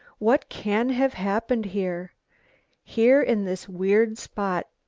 what can have happened here here in this weird spot,